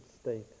state